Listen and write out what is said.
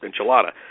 enchilada